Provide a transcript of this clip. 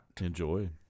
Enjoy